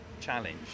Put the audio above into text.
challenge